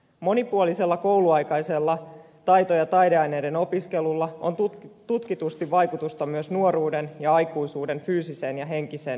monipuolisella kouluaikaisella taito ja taideaineiden opiskelulla on tutkitusti vaikutusta myös nuoruuden ja aikuisuuden fyysiseen ja henkiseen hyvinvointiin